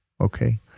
okay